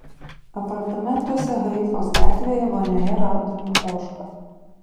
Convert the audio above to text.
apartamentuose haifos gatvėje vonioje radome ožką